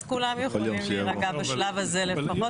אז כולם יכולים להירגע בשלב הזה לפחות.